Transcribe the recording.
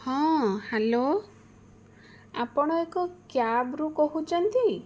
ହଁ ହ୍ୟାଲୋ ଆପଣ ଏକ କ୍ୟାବରୁ କହୁଛନ୍ତି